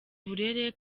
uburere